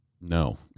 no